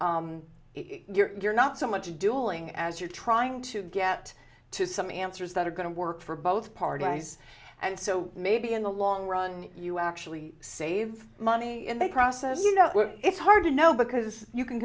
if you're not so much a duelling as you're trying to get to some answers that are going to work for both parties and so maybe in the long run you actually save money in the process you know it's hard to know because you can